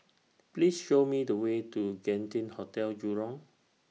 Please Show Me The Way to Genting Hotel Jurong